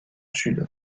sud